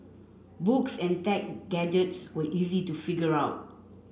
books and tech gadgets were easy to figure out